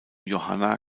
johanna